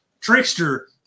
Trickster